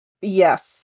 Yes